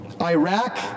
Iraq